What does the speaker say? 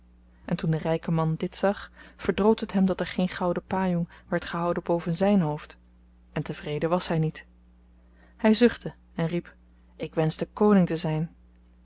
en toen de ryke man dit zag verdroot het hem dat er geen gouden pajong werd gehouden boven zyn hoofd en tevreden was hy niet hy zuchtte en riep ik wenschte koning te zyn